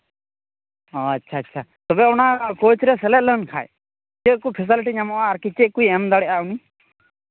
ᱟᱪᱪᱷᱟ ᱟᱪᱪᱷᱟ ᱛᱚᱵᱮ ᱚᱱᱟ ᱠᱳᱪᱨᱮ ᱥᱮᱞᱮᱫ ᱞᱮᱱᱠᱷᱟᱱ ᱪᱮᱫ ᱠᱚ ᱯᱷᱮᱥᱮᱞᱤᱴᱤ ᱧᱟᱢᱚᱜᱼᱟ ᱪᱮᱫ ᱠᱚᱭ ᱮᱢ ᱫᱟᱲᱮᱜᱼᱟ ᱩᱱᱤ